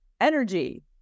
energy